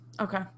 Okay